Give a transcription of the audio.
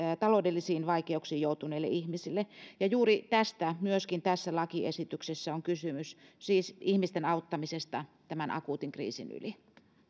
taloudellisiin vaikeuksiin joutuneille ihmisille juuri tästä myöskin tässä lakiesityksessä on kysymys siis ihmisten auttamisesta tämän akuutin kriisin yli